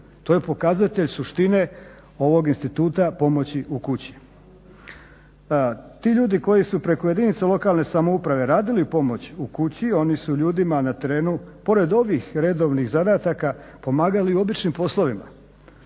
to je pokazatelj suštine ovog instituta pomoći u kući. Ti ljudi koji su preko jedinica lokalne samouprave radili pomoć u kući oni su ljudima na terenu pored ovih redovnih zadataka pomagali običnim poslovima.